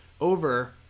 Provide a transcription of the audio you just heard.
over